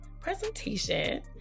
presentation